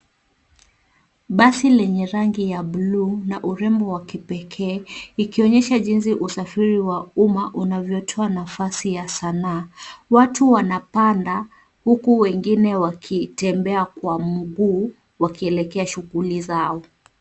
Basi lenye rangi ya blue na urembo wa kipekee, likionyesha jinsi usafiri wa uma unavyotoa nafasi ya sanaa. Watu wanapanda, huku wengine wakitembea kwa mguu, wakielekea shughuli zao.